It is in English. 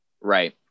Right